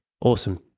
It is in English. awesome